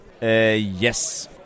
Yes